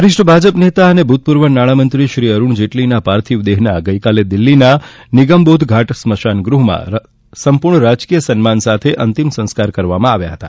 વરિષ્ઠ ભાજપ નેતા અને ભૂતપૂર્વ નાણામંત્રીશ્રી અરૂણ જેટલીના પાર્થિવ દેહના ગઈકાલે દિલ્હીના નિગમબોધ ઘાટ સ્મશાન ગૃહમાં સંપૂર્ણ રાજકીય સન્માન સાથે અંતિમ સંસ્કાર કરવામાં આવ્યા હતા